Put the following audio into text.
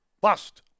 Bust